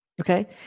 Okay